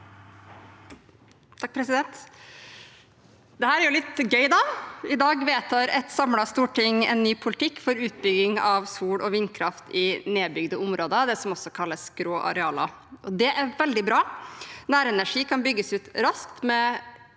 (MDG) Dette er litt gøy. I dag vedtar et samlet storting en ny politikk for utbygging av sol- og vindkraft i nedbygde områder, det som også kalles grå arealer. Det er veldig bra. Nærenergi kan bygges ut raskt, med